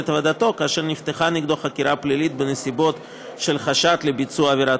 עבודתו כאשר נפתחה נגדו חקירה פלילית בנסיבות של חשד לביצוע עבירת